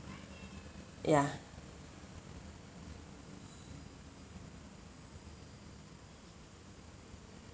ya